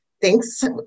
thanks